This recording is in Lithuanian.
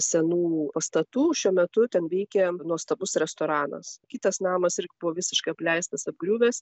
senų pastatų šiuo metu ten veikia nuostabus restoranas kitas namas ir po visiškai apleistas apgriuvęs